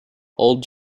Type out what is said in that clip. old